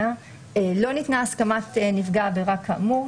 "לא ניתנה הסכמת נפגע עבירה כאמור,